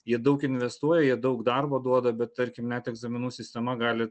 jie daug investuoja jie daug darbo duoda bet tarkim net egzaminų sistema gali